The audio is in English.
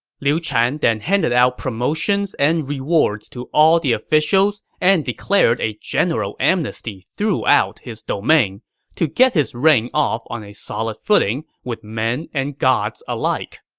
liu chan then handed out promotions and rewards to all the officials and declared a general amnesty throughout his domain to get his reign off on a solid footing with men and gods alike